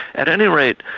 at any rate,